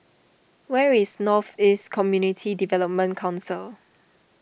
where is North East Community Development Council